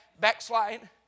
backslide